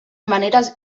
maneres